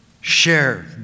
share